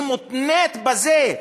זה מותנה בזה,